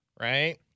right